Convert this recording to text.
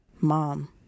Mom